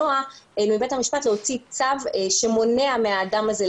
מבית המשפט להוציא צו שמונע מהאדם הזה לקיים את המסיבה.